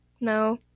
No